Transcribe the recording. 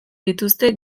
dituzte